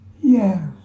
Yes